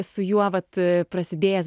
su juo vat prasidėjęs